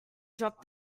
drop